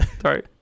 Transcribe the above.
Sorry